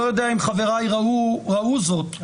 לא יודע אם חבריי ראו זאת,